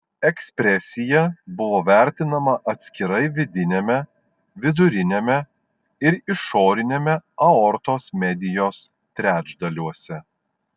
ekspresija buvo vertinama atskirai vidiniame viduriniame ir išoriniame aortos medijos trečdaliuose